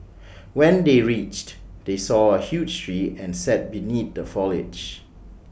when they reached they saw A huge tree and sat beneath the foliage